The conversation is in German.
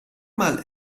mal